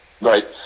Right